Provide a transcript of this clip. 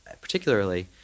particularly